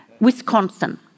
Wisconsin